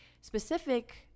specific